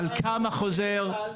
חסר,